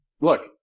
look